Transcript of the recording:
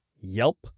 Yelp